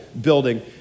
building